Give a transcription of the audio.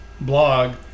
blog